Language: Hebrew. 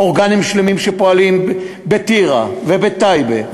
אורגנים שלמים שפועלים בטירה ובטייבה,